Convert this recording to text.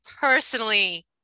personally